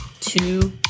two